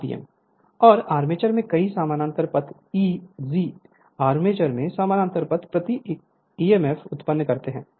Refer Slide Time 2341 और armature में कई समानांतर पथ E जी आर्मेचर में समानांतर पथ प्रति ईएमएफ उत्पन्न करते हैं